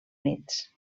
units